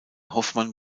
hoffmann